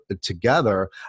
together